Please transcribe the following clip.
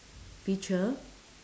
feature